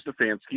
Stefanski